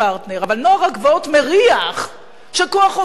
אבל נוער הגבעות מריח שכוח עובד,